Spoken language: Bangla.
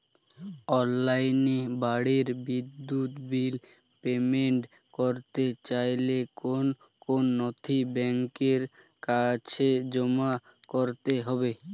অনলাইনে বাড়ির বিদ্যুৎ বিল পেমেন্ট করতে চাইলে কোন কোন নথি ব্যাংকের কাছে জমা করতে হবে?